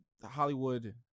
Hollywood